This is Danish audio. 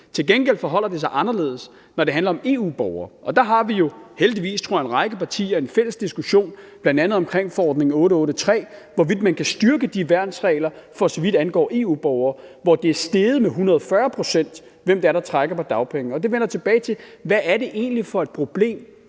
Til gengæld forholder det sig anderledes, når det handler om EU-borgere, og der har vi jo heldigvis i en række partier en fælles diskussion, bl.a. om forordning nr. 883, med hensyn til hvorvidt man kan styrke værnsreglerne for så vidt angår EU-borgere, for her er antallet af dem, der trækker på dagpenge, steget med 140 pct., og det vender jeg tilbage til. Hvad var det egentlig for et problem,